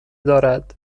دارد